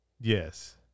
Yes